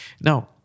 Now